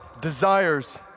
desires